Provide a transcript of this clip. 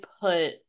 put